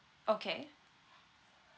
okay